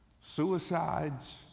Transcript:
Suicides